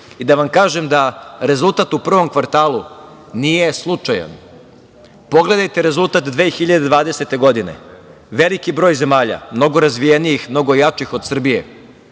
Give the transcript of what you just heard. i da vam kažem da rezultat u prvom kvartalu nije slučajan. Pogledajte rezultat 2020. godine, veliki broj zemalja, mnogo razvijenijih, mnogo jačih od Srbije,